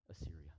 Assyria